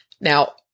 Now